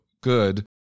good